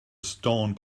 stone